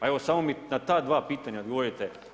Evo, samo mi na ta dva pitanja odgovorite.